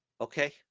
Okay